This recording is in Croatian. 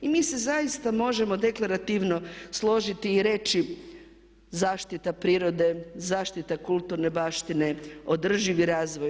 I mi se zaista možemo deklarativno složiti i reći zaštita prirode, zaštita kulturne baštine, održivi razvoj.